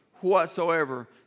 whatsoever